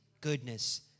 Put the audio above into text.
goodness